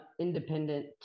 independent